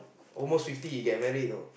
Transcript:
almost fifty he get married know